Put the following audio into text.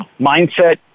mindset